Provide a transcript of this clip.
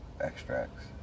Extracts